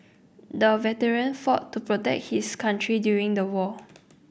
the veteran fought to protect his country during the war